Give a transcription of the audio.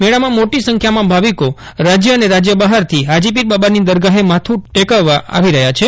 મેળામાં મોટી સંખ્યામાં ભાવિકો રાજ્ય અને રાજ્ય બહારથી ફાજીપીર બાબાની દરગાહે માથું ટેકવવા આવી પફોંચ્યા છે